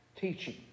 teaching